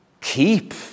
Keep